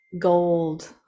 gold